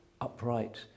upright